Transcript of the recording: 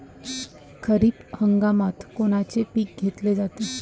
खरिप हंगामात कोनचे पिकं घेतले जाते?